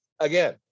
again